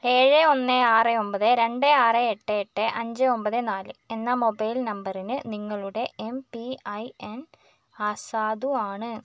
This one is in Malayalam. ഏഴ് ഒന്ന് ആറ് ഒൻപത് രണ്ട് ആറ് എട്ട് എട്ട് അഞ്ച് ഒൻപത് നാല് എന്ന മൊബൈൽ നമ്പറിന് നിങ്ങളുടെ എം പി ഐ എൻ അസാധുവാണ്